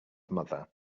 mother